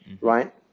right